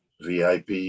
vip